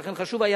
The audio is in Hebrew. ולכן חשוב היה